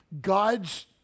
God's